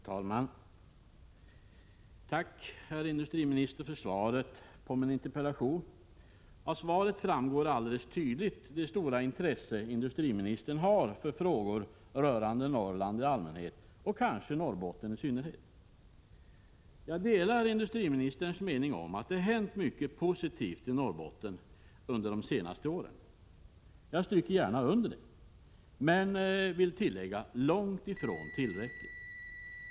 Herr talman! Tack, herr industriminister, för svaret på min interpellation. Av svaret framgår alldeles tydligt det stora intresse industriministern har för frågor rörande Norrland i allmänhet och kanske Norrbotten i synnerhet. Jag delar industriministerns mening att det har hänt mycket i Norrbotten de senaste fem sex åren. Jag understryker det gärna. Men det är långt ifrån tillräckligt.